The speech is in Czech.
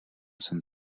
jsem